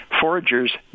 foragers